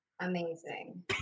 Amazing